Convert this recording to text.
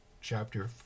Chapter